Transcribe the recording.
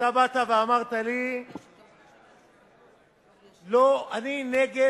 ואתה באת ואמרת לי: לא, אני נגד